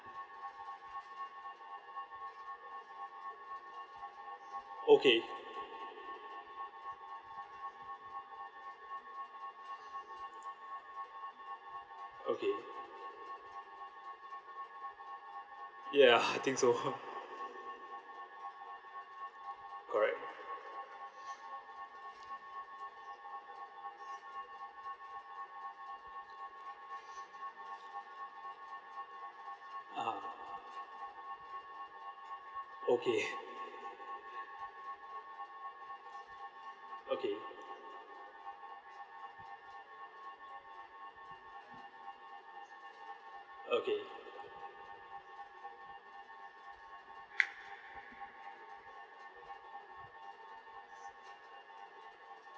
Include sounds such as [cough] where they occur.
okay okay ya I think so [laughs] correct (uh huh) okay okay okay